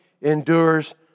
endures